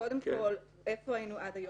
קודם כול, איפה היינו עד היום?